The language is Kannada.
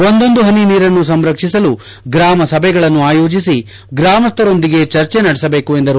ಒಂದೊಂದು ಹನಿ ನೀರನ್ನು ಸಂರಕ್ಷಿಸಲು ಗ್ರಾಮ ಸಭೆಗಳನ್ನು ಆಯೋಜಿಸಿ ಗ್ರಾಮಸ್ಹರೊಂದಿಗೆ ಚರ್ಚೆ ನಡೆಸಬೇಕು ಎಂದರು